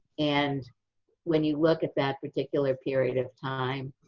and when you look at that particular period of time,